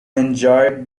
enjoyed